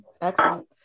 Excellent